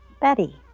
Betty